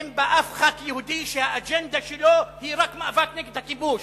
שאין בה אף חבר כנסת יהודי שהאג'נדה שלו היא רק מאבק נגד הכיבוש.